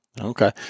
Okay